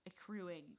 accruing